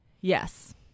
Yes